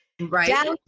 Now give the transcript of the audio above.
Right